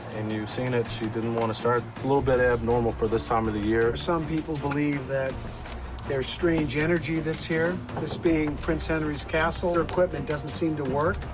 and you've seen that she didn't want to start. it's a little bit abnormal for this time of the year. some people believe that there's strange energy that's here, this being prince henry's castle. your equipment doesn't seem to work,